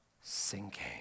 sinking